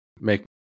make